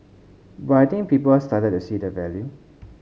but I think people started to see the value